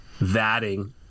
vatting